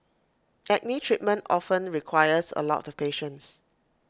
acne treatment often requires A lot of patience